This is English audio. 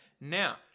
now